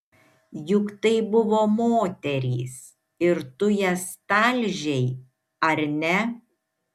juk tai buvo moterys ir tu jas talžei ar ne